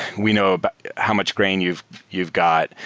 we know but how much grain you've you've got.